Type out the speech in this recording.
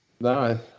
No